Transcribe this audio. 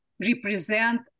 represent